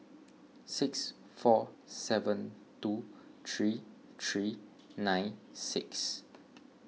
six four seven two three three nine six